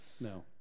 no